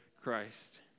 Christ